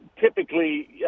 typically